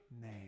name